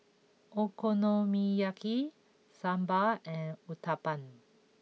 Okonomiyaki Sambar and Uthapam